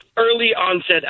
Early-onset